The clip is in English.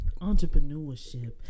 Entrepreneurship